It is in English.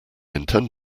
intend